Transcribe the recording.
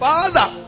Father